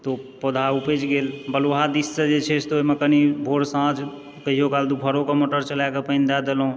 तऽ ओ पौधा उपजि गेल बलुआहा दिससँ जे छै ओहिमे कनि भोर साँझ कहियो काल दुपहरो कऽ मोटर चलाए कऽ पानि दए देलहुँ